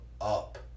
up